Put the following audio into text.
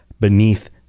beneath